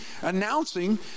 announcing